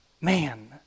Man